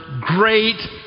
great